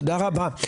תודה רבה.